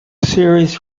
series